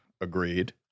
Agreed